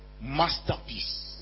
masterpiece